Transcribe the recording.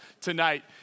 tonight